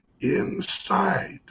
inside